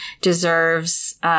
deserves